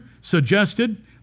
suggested